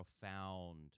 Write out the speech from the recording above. profound